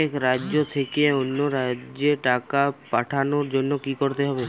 এক রাজ্য থেকে অন্য রাজ্যে টাকা পাঠানোর জন্য কী করতে হবে?